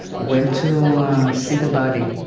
went to see the body